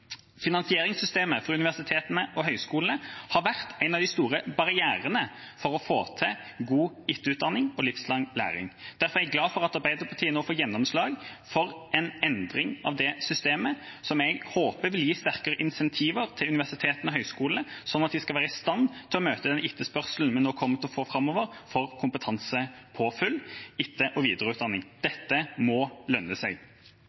Finansieringssystemet for universitetene og høyskolene har vært en av de store barrierene for å få til god etterutdanning og livslang læring. Derfor er jeg glad for at Arbeiderpartiet nå får gjennomslag for en endring av det systemet som jeg håper vil gi sterkere insentiver til universitetene og høyskolene, sånn at de skal være i stand til å møte den etterspørselen vi nå kommer til å få framover etter kompetansepåfyll, etter- og videreutdanning. Dette må lønne seg.